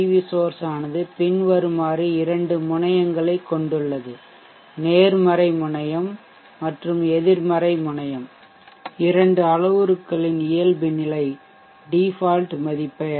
we source ஆனது பின்வருமாறு இரண்டு முனையங்களைக் கொண்டுள்ளது நேர்மறை முனையம் மற்றும் எதிர்மறை முனையம் இரண்டு அளவுருக்களின் இயல்புநிலை மதிப்பை ஐ